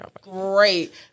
Great